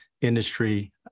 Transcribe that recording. industry